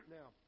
Now